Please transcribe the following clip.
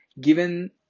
Given